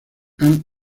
han